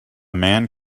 man